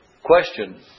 Question